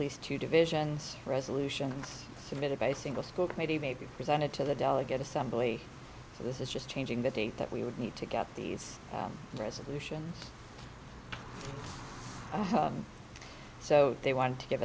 least two divisions resolutions submitted by a single school committee may be presented to the delegate assembly so this is just changing the date that we would need to get these resolutions so they wanted to give